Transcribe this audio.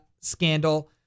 scandal